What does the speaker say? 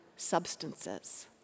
substances